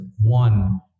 one